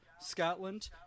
Scotland